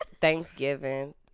Thanksgiving